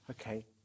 Okay